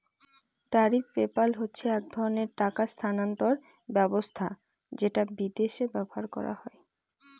tariff PayPal হচ্ছে এক ধরনের টাকা স্থানান্তর ব্যবস্থা যেটা বিদেশে ব্যবহার করা হয়